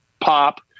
pop